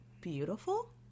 beautiful